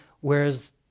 whereas